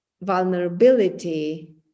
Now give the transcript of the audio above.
vulnerability